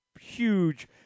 huge